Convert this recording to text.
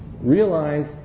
Realize